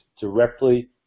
directly